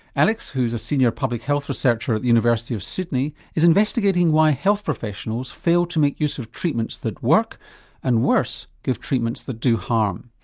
alex, who's a senior public health researcher at the university of sydney is investigating why health professionals fail to make use of treatments that work and worse, give treatments that do harm.